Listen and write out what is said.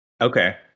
Okay